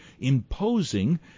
imposing